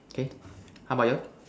okay how about yours